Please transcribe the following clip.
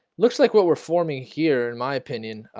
looks like what we're forming here in my opinion